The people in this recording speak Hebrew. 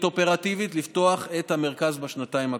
אופרטיבית לפתוח את המרכז בשנתיים הקרובות.